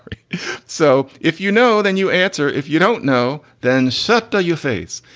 so if you know then you answer. if you don't know then shut your face.